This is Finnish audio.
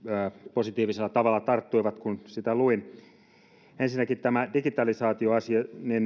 positiivisella tavalla tarttuivat kun sitä luin ensinnäkin tämä digitalisaatioasia